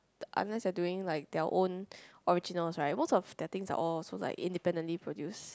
the unless they are doing like their own originals right most of their things are all also like independently produced